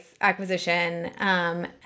acquisition